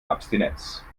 abstinenz